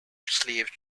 slave